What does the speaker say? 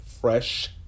fresh